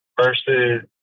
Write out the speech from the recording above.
versus